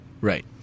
right